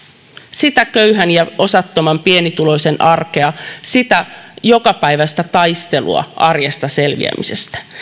sitä köyhän ja osattoman pienituloisen arkea sitä jokapäiväistä taistelua arjesta selviämisestä